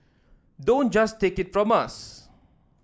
don't just take it from us